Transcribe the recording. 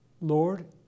Lord